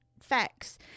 Facts